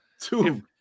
Two